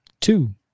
Two